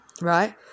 Right